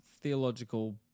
theological